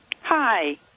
Hi